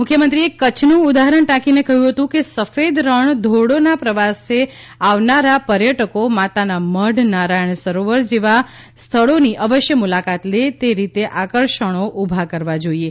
મુખ્યમંત્રીએ કચ્છનું ઉદાહરણ ટાંકીને કહ્યું હતું કે સફેદ રણ ધોરડોના પ્રવાસે આવનારા પર્યટકો માતાના મઢ નારાયણ સરોવર જેવા સ્થળોની અવશ્ય મૂલાકાત લે તે રીતે આકર્ષણો ઊભા કરવા જોઈએ